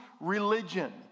Religion